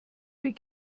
wie